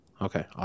Okay